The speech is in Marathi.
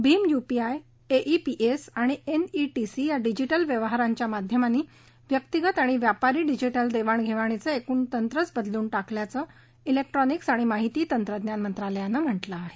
भीमा यूपीआय एईपीएस आणि एनईटीसी या डिजिटल व्यवहारांच्या माध्यमांनी व्यक्तीगत आणि व्यापारी डिजिटल देवाण घेवाणीचं एकूण तंत्रच बदलून टाकल्याचं नेक्ट्रॉनिक्सआणि माहिती तंत्रज्ञान मंत्रालयानं महटलं आहे